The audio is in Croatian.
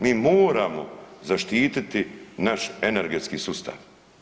Mi moramo zaštititi naš energetski sustav.